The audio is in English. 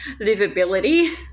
livability